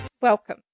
welcome